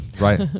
Right